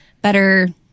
better